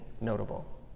notable